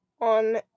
on